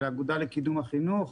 של האגודה לקידום החינוך.